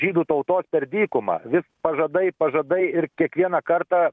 žydų tautos per dykumą vis pažadai pažadai ir kiekvieną kartą